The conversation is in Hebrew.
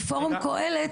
למגורים,